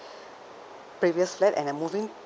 previous flat and I move in